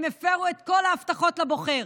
הם הפרו את כל ההבטחות לבוחר.